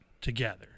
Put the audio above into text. together